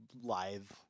Live